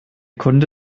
kunde